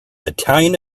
italian